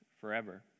forever